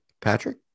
Patrick